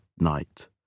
night